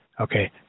okay